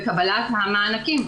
בקבלת המענקים,